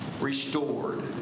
restored